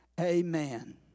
Amen